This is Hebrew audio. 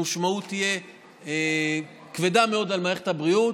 המשמעות תהיה כבדה מאוד על מערכת הבריאות,